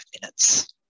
minutes